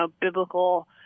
biblical